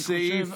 אני חושב,